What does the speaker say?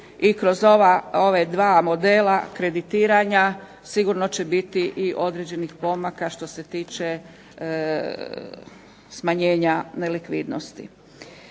i kroz ova 2 modela kreditiranja sigurno će biti i određenih pomaka što se tiče smanjenja nelikvidnosti.